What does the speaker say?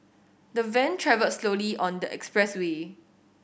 the van travelled slowly on the expressway